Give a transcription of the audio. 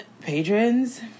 patrons